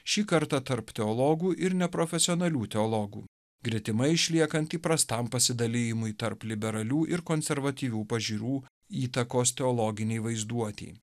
šį kartą tarp teologų ir neprofesionalių teologų gretimai išliekant įprastam pasidalijimui tarp liberalių ir konservatyvių pažiūrų įtakos teologinei vaizduotei